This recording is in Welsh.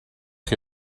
chi